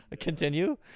Continue